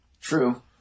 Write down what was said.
True